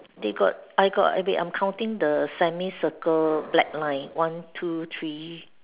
they got I got okay I am counting the semi circle black line one two three